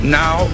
now